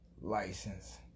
license